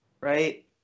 Right